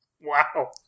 Wow